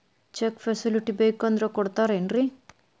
Check facility ಬೇಕಂದ್ರ ಕೊಡ್ತಾರೇನ್ರಿ?